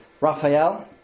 Raphael